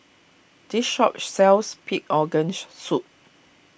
this shop sells Pig Organ Soup